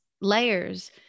layers